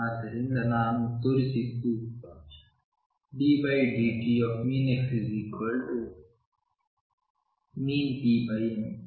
ಆದ್ದರಿಂದ ನಾನು ತೋರಿಸಿದ್ದು ddt⟨x⟩⟨p⟩m